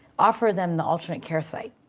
offer them the alternate care site.